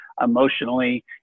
emotionally